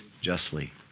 justly